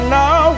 now